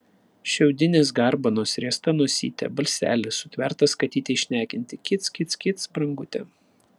šiaudinės garbanos riesta nosytė balselis sutvertas katytei šnekinti kic kic kic brangute